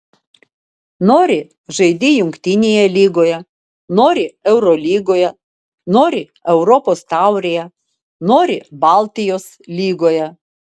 nori žaidi jungtinėje lygoje nori eurolygoje nori europos taurėje nori baltijos lygoje